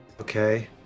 Okay